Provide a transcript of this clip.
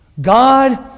God